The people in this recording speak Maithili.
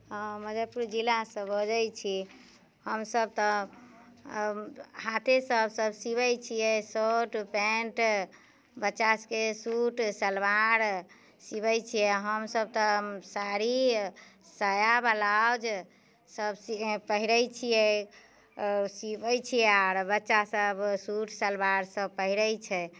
हँ मुजफ्फरपुर जिलासँ बजै छी हमसभ तऽ हाथेसँ सभ सिबै छियै शर्ट पैन्ट बच्चासभके सूट सलवार सिबै छियै हमसभ तऽ साड़ी साया ब्लाउजसभ सियै पहिरै छियै आओर सिबै छियै आर बच्चासभ सूट सलवारसभ पहिरै छै